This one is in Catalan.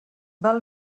val